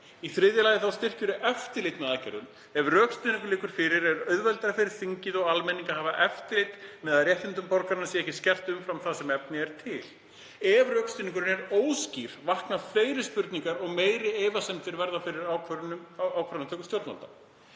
Í þriðja lagi styrkir það eftirlit með aðgerðum. Ef rökstuðningur liggur fyrir er auðveldara fyrir þingið og almenning að hafa eftirlit með því að réttindi borgaranna séu ekki skert umfram það sem efni er til. Ef rökstuðningurinn er óskýr vakna fleiri spurningar og meiri efasemdir verða um ákvarðanir stjórnvalda.